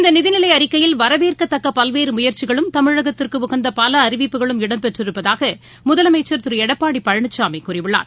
இந்த நிதிநிலை அறிக்கையில் வரவேற்கத்தக்க பல்வேறு முயற்சிகளும் தமிழகத்துக்கு உகந்த பல அறிவிப்புகளும் இடம்பெற்றிருப்பதாக முதலமைச்சர் திரு எடப்பாடி பழனிசாமி கூறியுள்ளார்